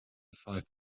five